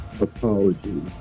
Apologies